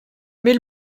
mais